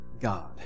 God